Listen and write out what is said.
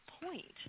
point